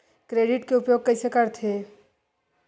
Credit के उपयोग कइसे करथे?